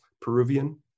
Peruvian